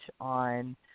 on